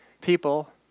people